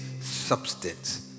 substance